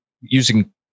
using